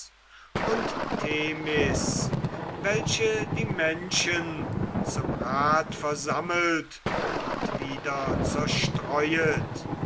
und themis welche die menschen zum rat versammelt und wieder zerstreuet